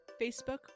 Facebook